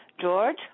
George